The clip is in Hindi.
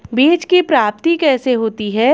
बीज की प्राप्ति कैसे होती है?